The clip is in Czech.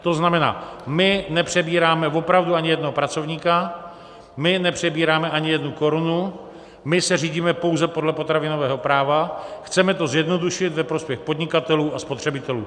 To znamená, my nepřebíráme opravdu ani jednoho pracovníka, my nepřebíráme ani jednu korunu, my se řídíme pouze podle potravinového práva, chceme to zjednodušit ve prospěch podnikatelů a spotřebitelů.